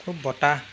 খুব বতাহ